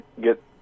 get